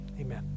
Amen